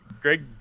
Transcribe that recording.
greg